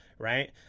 right